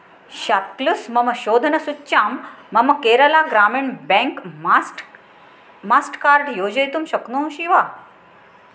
शाप्क्लुस् मम शोधनसूच्यां मम Kerala Gramin bank master master card योजयितुं शक्नोषि वा